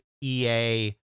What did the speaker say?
EA